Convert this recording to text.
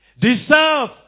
Deserve